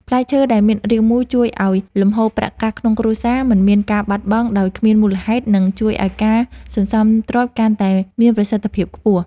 ផ្លែឈើដែលមានរាងមូលជួយឱ្យលំហូរប្រាក់កាសក្នុងគ្រួសារមិនមានការបាត់បង់ដោយគ្មានមូលហេតុ និង ជួយឱ្យការសន្សំទ្រព្យកាន់តែមានប្រសិទ្ធភាពខ្ពស់។